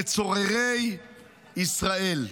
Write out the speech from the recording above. בצוררי ישראל.